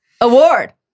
Award